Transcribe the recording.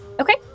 okay